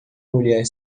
mulher